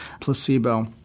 placebo